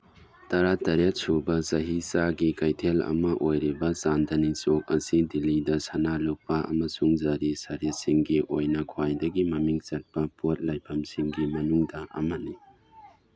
ꯇꯔꯥꯇꯔꯦꯠ ꯁꯨꯕ ꯆꯍꯤꯆꯥꯒꯤ ꯀꯩꯊꯦꯜ ꯑꯃ ꯑꯣꯏꯔꯤꯕ ꯆꯥꯟꯗꯅꯤꯆꯣꯛ ꯑꯁꯤ ꯗꯤꯜꯂꯤꯗ ꯁꯅꯥ ꯂꯨꯄꯥ ꯑꯃꯁꯨꯡ ꯖꯔꯤ ꯁꯥꯔꯤꯁꯤꯡꯒꯤ ꯑꯣꯏꯅ ꯈ꯭ꯋꯥꯏꯗꯒꯤ ꯃꯃꯤꯡ ꯆꯠꯄ ꯄꯣꯠ ꯂꯩꯐꯝꯁꯤꯡꯒꯤ ꯃꯅꯨꯡꯗ ꯑꯃꯅꯤ